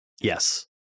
Yes